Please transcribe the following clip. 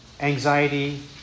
Anxiety